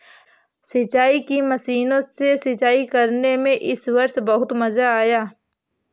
सिंचाई की मशीनों से सिंचाई करने में इस वर्ष बहुत मजा आया